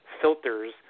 filters